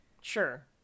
sure